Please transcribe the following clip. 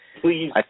please